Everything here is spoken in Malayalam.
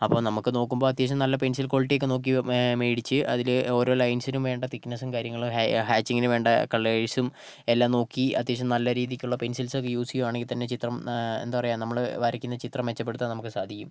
അപ്പം നമുക്ക് നോക്കുമ്പോൾ അത്യാവശ്യം നല്ല പെൻസിൽ ക്വാളിറ്റി ഒക്കെ നോക്കി മേടിച്ച് അതില് ഓരോ ലൈൻസിനും വേണ്ട തിക്ക്നെസ്സും കാര്യങ്ങളും ഹാ യാ ഹാച്ചിങ്ങിനു വേണ്ട കളേഴ്സും എല്ലാം നോക്കി അത്യാവശ്യം നല്ല രീതിയ്ക്കുള്ള പെൻസിൽസ് ഒക്കെ യൂസ് ചെയ്യുവാണങ്കിൽ തന്നെ ചിത്രം എന്താ പറയുക നമ്മള് വരയ്ക്കുന്ന ചിത്രം മെച്ചപ്പെടുത്താൻ നമുക്ക് സാധിക്കും